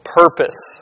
purpose